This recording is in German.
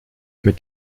mit